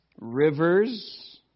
rivers